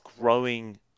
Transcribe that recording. growing